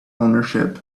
ownership